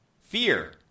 Fear